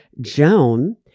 Joan